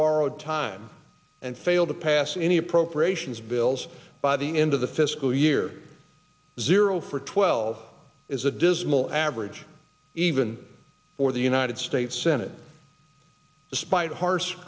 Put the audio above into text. borrowed time and failed to pass any appropriations bills by the end of the fiscal year zero for twelve is a dismal average even for the united states senate despite harsh